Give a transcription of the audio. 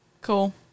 cool